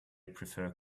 prefer